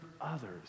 others